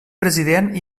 president